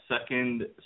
second